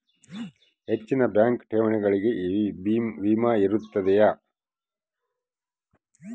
ಹೆಚ್ಚಿನ ಬ್ಯಾಂಕ್ ಠೇವಣಿಗಳಿಗೆ ವಿಮೆ ಇರುತ್ತದೆಯೆ?